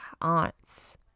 aunts